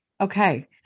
Okay